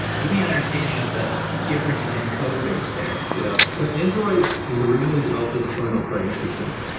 give me an understanding of the differences in code base there yeah. so android was originally developed as a phone operating system.